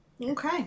Okay